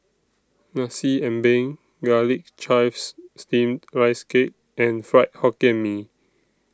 Nasi Ambeng Garlic Chives Steamed Rice Cake and Fried Hokkien Mee